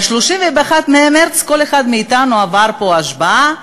ב-31 במרס כל אחד מאתנו עבר פה השבעה,